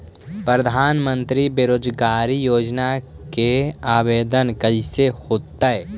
प्रधानमंत्री बेरोजगार योजना के आवेदन कैसे होतै?